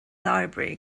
library